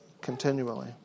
continually